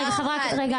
רגע.